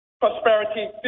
prosperity